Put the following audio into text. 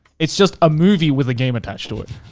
it's just a movie with a game attached to it.